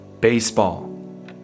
Baseball